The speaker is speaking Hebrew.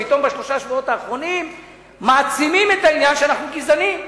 פתאום בשלושת השבועות האחרונים מעצימים את העניין שאנחנו גזענים.